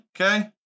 okay